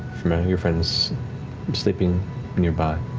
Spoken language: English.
your friends sleeping nearby,